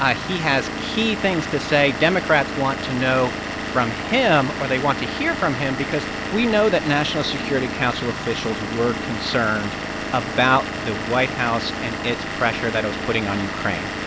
ah he has key things to say democrats want to know from him or they want to hear from him because we know that national security council officials were concerned about the white house and its pressure that it was putting on ukraine.